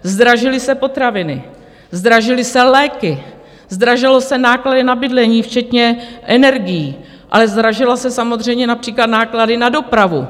Zdražily se potraviny, zdražily se léky, zdražily se náklady na bydlení včetně energií, ale zdražily se samozřejmě například náklady na dopravu.